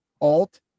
alt